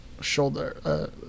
shoulder